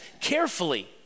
carefully